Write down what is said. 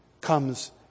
comes